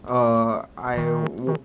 err I would